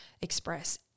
express